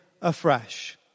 afresh